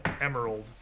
emerald